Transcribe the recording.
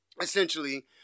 essentially